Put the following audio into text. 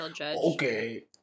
okay